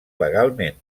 legalment